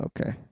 Okay